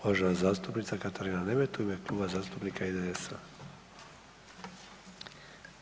Uvažena zastupnica Katarina Nemet u ime Kluba zastupnika IDS-a.